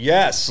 Yes